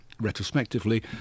retrospectively